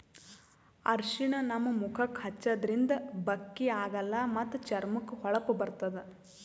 ಅರ್ಷಿಣ ನಮ್ ಮುಖಕ್ಕಾ ಹಚ್ಚದ್ರಿನ್ದ ಬಕ್ಕಿ ಆಗಲ್ಲ ಮತ್ತ್ ಚರ್ಮಕ್ಕ್ ಹೊಳಪ ಬರ್ತದ್